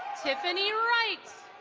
tiffany wright.